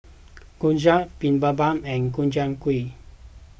Gyoza Bibimbap and Gobchang Gui